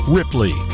Ripley